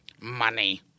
Money